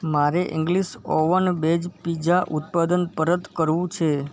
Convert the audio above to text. મારે ઇંગ્લિશમાં oven base pizza ઉત્પાદન પરત કરવું છે